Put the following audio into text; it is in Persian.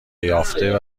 یافته